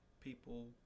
people